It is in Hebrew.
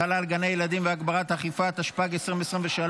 החלה על גני ילדים והגברת האכיפה), התשפ"ג 2023,